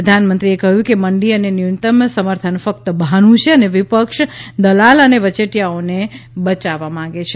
પ્રધાનમંત્રીએ કહ્યું કે મંડી અને ન્યૂનતમ સમર્થન ફક્ત બહાનું છે અને વિપક્ષ દલાલ અને વચેટીયાઓને બચાવવા માંગે છે